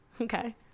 Okay